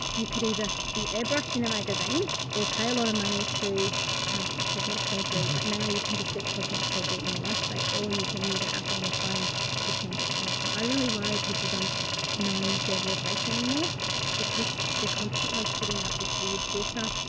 you could either be airbrushed in a magazine or pile a lot of money to have cosmetic surgery, but now you can just get cosmetic surgery in your lunch break, or you can use an app on your phone to change your face. and i really worry, people don't know their real face anymore because they're constantly putting out this weird filter.